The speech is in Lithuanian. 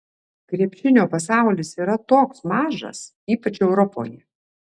krepšinio pasaulis yra toks mažas ypač europoje